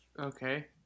Okay